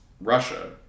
Russia